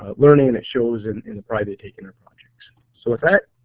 but learning and it shows and in the pride they take in their projects. so with that,